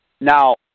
Now